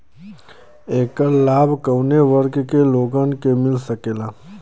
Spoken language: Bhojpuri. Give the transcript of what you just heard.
ऐकर लाभ काउने वर्ग के लोगन के मिल सकेला?